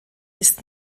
ist